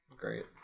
great